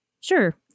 Sure